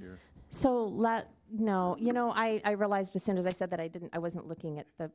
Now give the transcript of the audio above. you so a lot now you know i realized as soon as i said that i didn't i wasn't looking at the